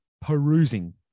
perusing